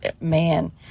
man